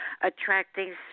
attracting